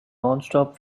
nonstop